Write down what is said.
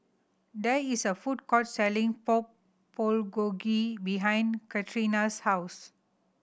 there is a food court selling Pork Bulgogi behind Katrina's house